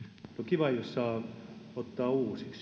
kiva jos saa ottaa